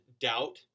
doubt